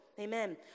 Amen